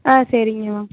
ஆ சரிங்கம்மா